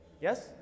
Yes